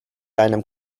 einem